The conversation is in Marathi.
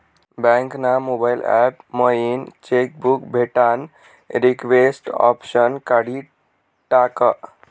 बँक ना मोबाईल ॲप मयीन चेक बुक भेटानं रिक्वेस्ट ऑप्शन काढी टाकं